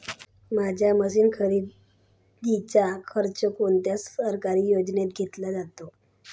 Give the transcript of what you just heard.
माझ्या मशीन खरेदीचा खर्च कोणत्या सरकारी योजनेत घेतला जातो?